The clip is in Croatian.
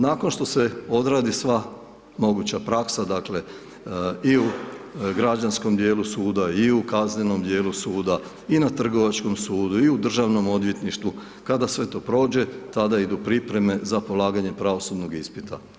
Nakon što se odradi sva moguća praksa dakle, i u građanskom dijelu suda i u kaznenom dijelu suda, i na trgovačkom sudu i u državnom odvjetništvu, kada sve to prođe, tada idu pripreme za polaganje pravosudnog ispita.